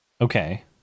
Okay